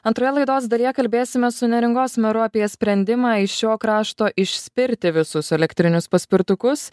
antroje laidos dalyje kalbėsime su neringos meru apie sprendimą iš šio krašto išspirti visus elektrinius paspirtukus